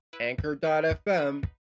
anchor.fm